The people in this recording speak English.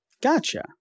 Gotcha